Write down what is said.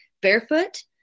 barefoot